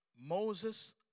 Moses